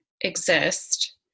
exist